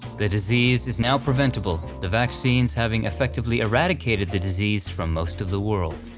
the disease is now preventable, the vaccines having effectively eradicated the disease from most of the world.